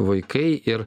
vaikai ir